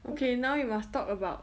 okay now you must talk about